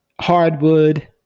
hardwood